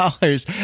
dollars